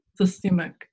systemic